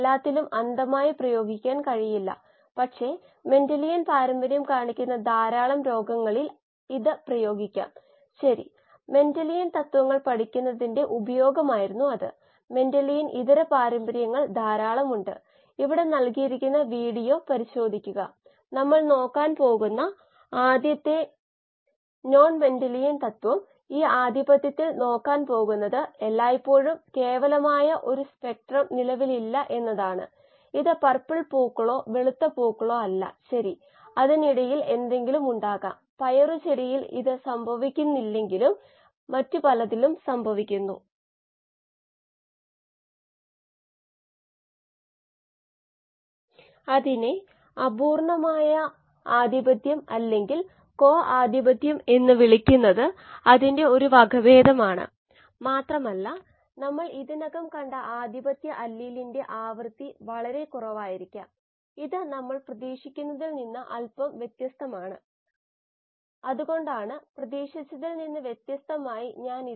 എന്താണ് അറിയുന്നത് അല്ലെങ്കിൽ നൽകിയത് സ്റ്റോകിയോമെട്രിക് സമവാക്യം അറിയാം ബയോമാസിലെ കാർബണിന്റെ മാസ്സ് 0